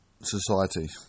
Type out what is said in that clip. society